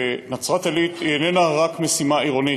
נצרת-עילית היא איננה רק משימה עירונית,